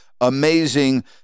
amazing